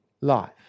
life